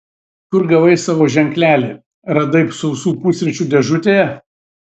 kur gavai savo ženklelį radai sausų pusryčių dėžutėje